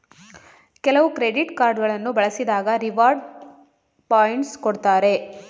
ಕೆಲವು credit card ಗಳನ್ನು ಬಳಸಿದಾಗ ರಿವಾರ್ಡ್ ಪಾಯಿಂಟ್ಸ್ ಕೊಡ್ತಾರೆ